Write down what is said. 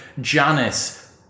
Janice